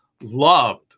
loved